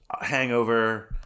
hangover